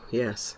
yes